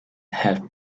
have